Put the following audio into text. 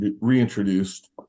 reintroduced